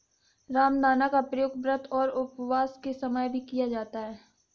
रामदाना का प्रयोग व्रत और उपवास के समय भी किया जाता है